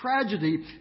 tragedy